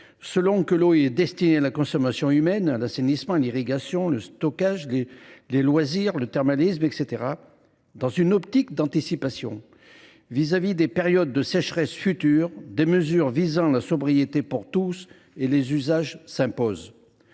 selon que l’eau est destinée à la consommation humaine, à l’assainissement, à l’irrigation, au stockage, aux loisirs, au thermalisme, etc. Dans une optique d’anticipation des périodes de sécheresse futures, des mesures s’imposent visant la sobriété pour tous les usages.